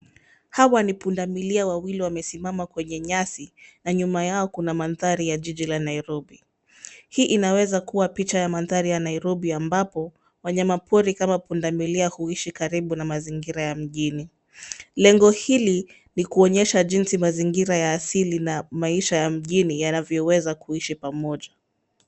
Hawa ni punda milia wawili wamesimama kwenye nyasi na nyuma yao kuna mandhari ya jiji la Nairobi. Hii inaweza kuwa picha ya mandhari ya Nairobi ambapo wanyama pori kama punda milia huishi karibu na mazingira ya mjini. Lengo hili ni kuonyesha jinsi mazingira ya asili na maisha ya mjini yanavyoweza kuishi pamoja.